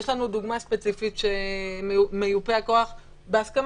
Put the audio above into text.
יש לנו דוגמה ספציפית שמיופה הכוח בהסכמה,